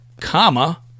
comma